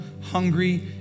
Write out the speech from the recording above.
hungry